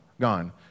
gone